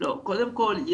קודם כל,